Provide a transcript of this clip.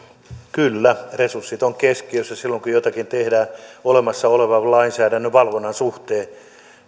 kyllä resurssit ovat keskiössä silloin kun jotakin tehdään olemassa olevan lainsäädännön valvonnan suhteen